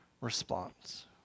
response